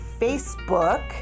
facebook